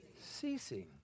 ceasing